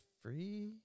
free